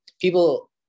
people